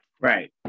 Right